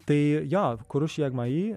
tai jo kuruš jegmai